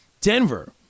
Denver